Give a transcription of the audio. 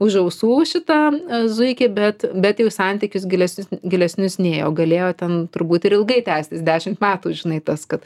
už ausų šitą zuikį bet bet jau į santykius gilesnius gilesnius nėjo galėjo ten turbūt ir ilgai tęstis dešimt metų žinai tas kad